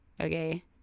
okay